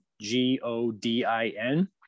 G-O-D-I-N